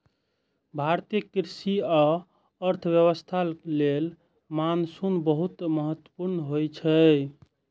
भारतीय कृषि आ अर्थव्यवस्था लेल मानसून बहुत महत्वपूर्ण होइ छै